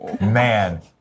Man